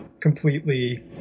completely